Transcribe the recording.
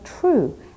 true